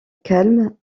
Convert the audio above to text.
calme